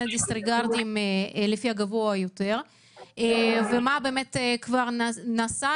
הדיסריגרדים לפי הגבוה מבניהם ומה נעשה,